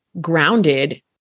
grounded